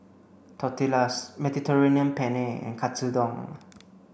Tortillas Mediterranean Penne and Katsudon